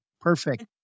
Perfect